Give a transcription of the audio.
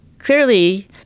Clearly